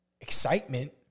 excitement